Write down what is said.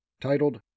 titled